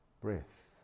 breath